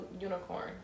unicorn